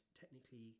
technically